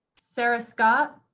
sarah scott,